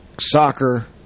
soccer